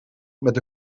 met